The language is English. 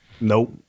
Nope